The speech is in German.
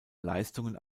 leistungen